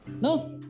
No